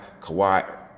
Kawhi